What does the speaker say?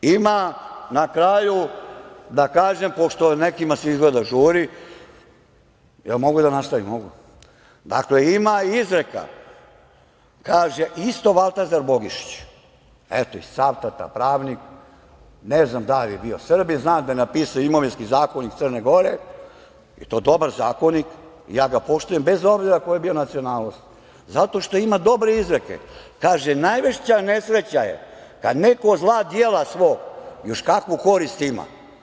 Ima izreka, na kraju da kažem, pošto nekima se izgleda žuri, isto Valtazar Bogišić, iz Cavtata pravnik, ne znam da li je bio Srbin, ali znam da je napisao Imovinski zakonik Crne Gore, i to dobar zakonik, ja ga poštujem bez obzira koje je bio nacionalnosti, zato što ima dobre izreke, izreka koja kaže: „Najveća nesreća je kada neko od zla dijela svog još kakvu korist ima“